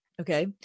okay